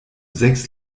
sechs